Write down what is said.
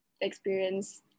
experience